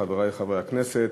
חברי חברי הכנסת,